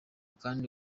kandi